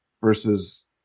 Versus